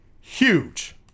huge